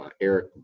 Eric